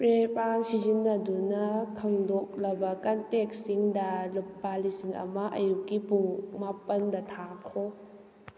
ꯄꯦ ꯄꯥꯜ ꯁꯤꯖꯤꯟꯅꯗꯨꯅ ꯈꯪꯗꯣꯛꯂꯕ ꯀꯟꯇꯦꯛꯁꯤꯡꯗ ꯂꯨꯄꯥ ꯂꯤꯁꯤꯡ ꯑꯃ ꯑꯌꯨꯛꯀꯤ ꯄꯨꯡ ꯃꯥꯄꯜꯗ ꯊꯥꯈꯣ